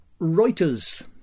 Reuters